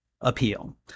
appeal